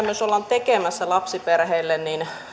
myös olemme tekemässä lapsiperheille